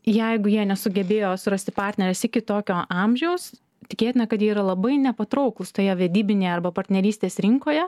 jeigu jie nesugebėjo surasti partnerės iki tokio amžiaus tikėtina kad jie yra labai nepatrauklūs toje vedybinėje arba partnerystės rinkoje